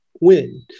win